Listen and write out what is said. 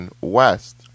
west